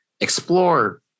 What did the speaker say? explore